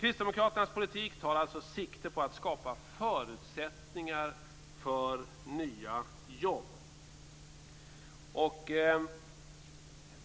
Kristdemokraternas politik tar sikte på att skapa förutsättningar för nya jobb.